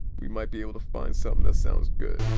we might be able to find something that sounds good